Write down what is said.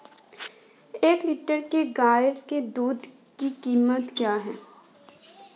एक लीटर गाय के दूध की कीमत क्या है?